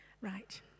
Right